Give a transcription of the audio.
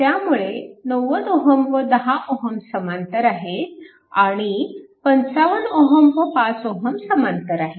त्यामुळे 90 Ω व 10 Ω समांतर आहेत आणि 55Ω व 5 Ω समांतर आहेत